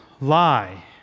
lie